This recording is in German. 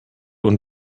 und